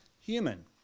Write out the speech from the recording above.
human